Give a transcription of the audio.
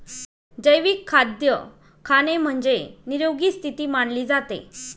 जैविक खाद्य खाणे म्हणजे, निरोगी स्थिती मानले जाते